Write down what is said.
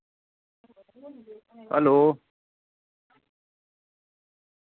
hello